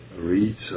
reads